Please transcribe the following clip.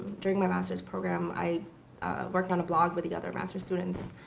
during my master's program, i worked on a blog with the other master's students.